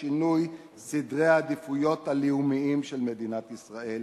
שינוי סדרי העדיפויות הלאומיים של מדינת ישראל